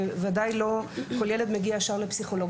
וודאי לא כל ילד מגיע ישר לפסיכולוג,